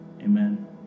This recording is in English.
Amen